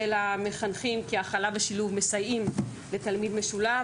המחנכים כי הכלה ושילוב מסייעים לתלמיד משולב,